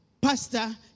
pastor